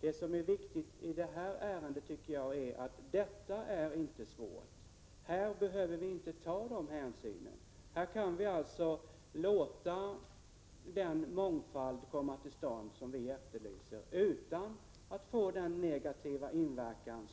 Det viktiga tycker jag är att just det här ärendet inte är svårt. Här behöver man inte ta de hänsyn som nu nämnts. Här kan man låta den mångfald komma till stånd som vi efterlyser utan att det för med sig någon negativ inverkan